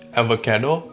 avocado